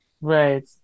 Right